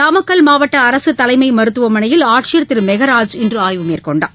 நாமக்கல் மாவட்ட அரசு தலைமை மருத்துவமனையில் ஆட்சியர் திரு மெகராஜ் இன்று ஆய்வு மேற்கொண்டார்